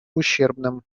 ущербным